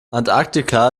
antarktika